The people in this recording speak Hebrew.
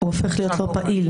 הוא הופך להיות לא פעיל.